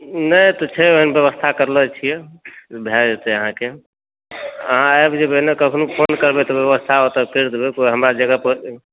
नहि तऽ छै ओहन व्यवस्था करलो छियै भय जेतै अहाँकेँ अहाँ आबि जेबै ने कखनो फोन करबै तऽ व्यवस्था ओतऽ करि देबै कोई पर